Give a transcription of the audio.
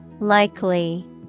likely